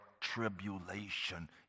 tribulation